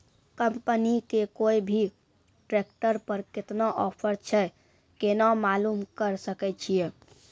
Company के कोय भी ट्रेक्टर पर केतना ऑफर छै केना मालूम करऽ सके छियै?